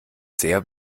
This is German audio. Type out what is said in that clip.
sehr